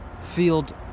field